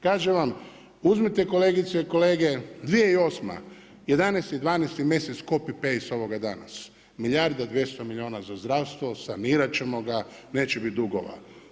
Kažem vam uzmite kolegice i kolege, 2008. 11, 12 mjesec copy paste ovoga danas, milijarde od 200 milijuna za zdravstvo, sanirati ćemo ga, neće biti dugova.